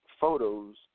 photos